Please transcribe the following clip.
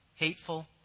hateful